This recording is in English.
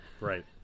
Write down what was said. Right